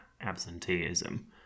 Absenteeism